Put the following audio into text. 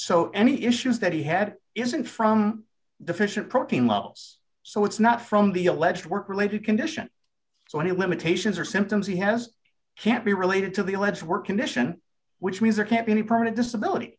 so any issues that he had isn't from deficient protein levels so it's not from the alleged work related condition so any limitations or symptoms he has can't be related to the alleged work condition which means there can't be any permanent disability